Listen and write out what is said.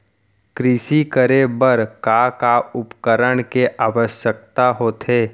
कृषि करे बर का का उपकरण के आवश्यकता होथे?